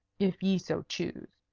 if ye so choose.